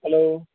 hello